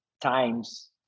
times